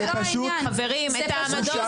זה פשוט ביזיון.